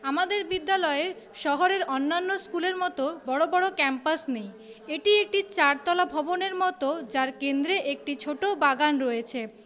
আমাদের বিদ্যালয়ে শহরের অন্যান্য স্কুলের মতো বড়ো বড়ো ক্যাম্পাস নেই এটি একটি চারতলা ভবনের মতো যার কেন্দ্রে একটি ছোটো বাগান রয়েছে